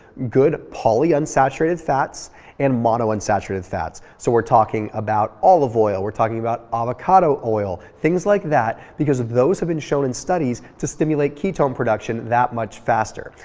good polyunsaturated fats and monounsaturated fats. so we're talking about olive oil, we're talking about avocado oil, things like that because those have been shown in studies to stimulate ketone production that much faster.